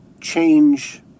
change